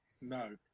No